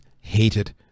hated